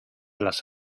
las